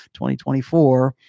2024